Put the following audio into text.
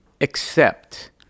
accept